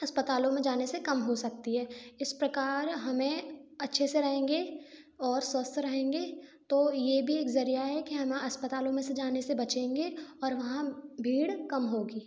अस्पतालों में जाने से कम हो सकती है इस प्रकार हमें अच्छे से रहेंगे और स्वस्थ रहेंगे तो ये भी एक जरिया है कि हमें अस्पतालों में से जाने से बचेंगे और वहाँ भीड़ कम होगी